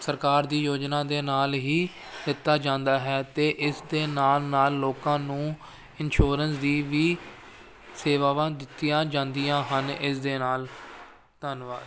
ਸਰਕਾਰ ਦੀ ਯੋਜਨਾ ਦੇ ਨਾਲ ਹੀ ਦਿੱਤਾ ਜਾਂਦਾ ਹੈ ਅਤੇ ਇਸ ਦੇ ਨਾਲ ਨਾਲ ਲੋਕਾਂ ਨੂੰ ਇੰਸ਼ੋਰੈਂਸ ਦੀ ਵੀ ਸੇਵਾਵਾਂ ਦਿੱਤੀਆਂ ਜਾਂਦੀਆਂ ਹਨ ਇਸ ਦੇ ਨਾਲ ਧੰਨਵਾਦ